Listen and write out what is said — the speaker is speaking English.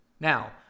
Now